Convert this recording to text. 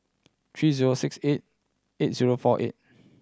three zero six eight eight zero four eight